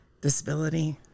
disability